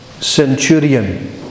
centurion